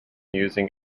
using